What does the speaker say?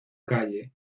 calle